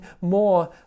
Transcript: more